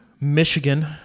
Michigan